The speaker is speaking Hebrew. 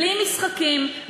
בלי משחקים,